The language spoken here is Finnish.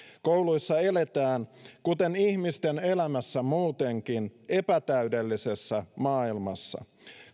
kouluissa eletään kuten ihmisten elämässä muutenkin epätäydellisessä maailmassa